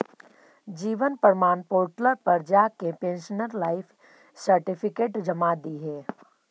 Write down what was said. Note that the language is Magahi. जीवन प्रमाण पोर्टल पर जाके पेंशनर लाइफ सर्टिफिकेट जमा दिहे